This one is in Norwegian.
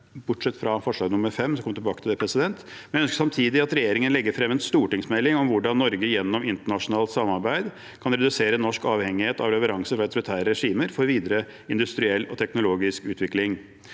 bortsett fra forslag nr. 5 – jeg kommer tilbake til det – men ønsker samtidig at regjeringen legger frem en stortingsmelding om hvordan Norge gjennom internasjonalt samarbeid kan redusere norsk avhengighet av leveranser fra autoritære regimer for videre industriell og teknologisk utvikling.